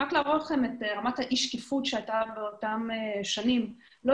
רק להראות לכם את רמת אי השקיפות שהייתה באותם שנים לא